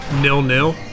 nil-nil